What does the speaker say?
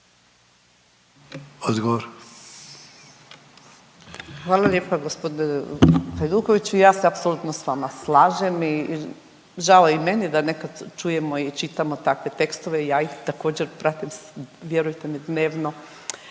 (HDZ)** Hvala lijepa gospodine Hajdukoviću. Ja se apsolutno s vama slažem i žao je i meni da netko čujemo i čitamo takve tekstove i ja ih također pratim vjerujte mi dnevno